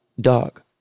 Dog